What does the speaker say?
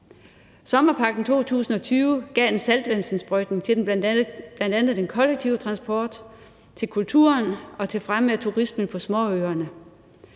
Sommerpakken 2020 gav en saltvandsindsprøjtning til bl.a. den kollektive transport, til kulturen og til fremme af turismen på småøerne.